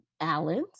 Allen's